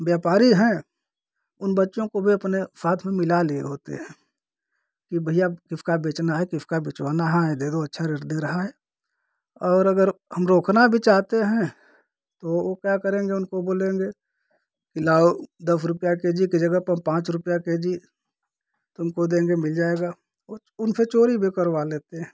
व्यापारी हैं उन बच्चों को भी अपने साथ में मिला लिए होते हैं कि भैया किसका बेचना है किसका बेचवाना है दे दो अच्छा रेट दे रहा है और अगर हम रोकना भी चाहते हैं तो वो क्या करेंगे उनको बोलेंगे कि लाओ दस रुपया के जी के जगह पर हम पाँच रुपया के जी तुमको देंगे मिल जाएगा कुछ उनसे चोरी भी करवा लेते हैं